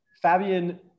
Fabian